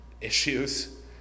issues